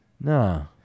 no